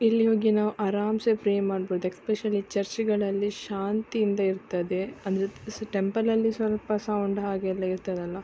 ಇಲ್ಲಿ ಹೋಗಿ ನಾವು ಆರಾಮ್ಸೆ ಪ್ರೇ ಮಾಡ್ಬೋದು ಎಸ್ಪೆಷಲಿ ಚರ್ಚ್ಗಳಲ್ಲಿ ಶಾಂತಿಯಿಂದ ಇರ್ತದೆ ಅಂದರೆ ಸಹ ಟೆಂಪಲ್ಲಲ್ಲಿ ಸ್ವಲ್ಪ ಸೌಂಡ್ ಹಾಗೆಲ್ಲ ಇರ್ತದಲ್ಲ